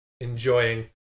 enjoying